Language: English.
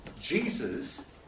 Jesus